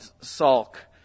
sulk